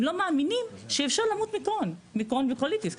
הם לא מאמינים שאפשר למות מקרוהן וקוליטיס.